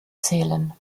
zählen